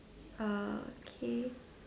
okay